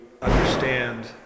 understand